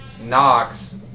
Knox